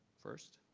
first.